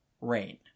Rain